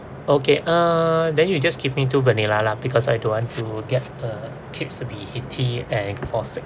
okay uh then you just keep into vanilla lah because I don't want to get uh kids to be heaty and fall sick